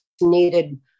needed